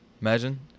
Imagine